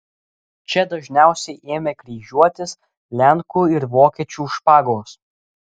čia dažniausiai ėmė kryžiuotis lenkų ir vokiečių špagos